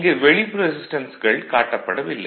இங்கு வெளிப்புற ரெசிஸ்டன்ஸ்கள் காட்டப்படவில்லை